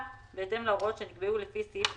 בהתאם להוראות שנקבעו לפי סעיף 371(א).